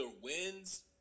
wins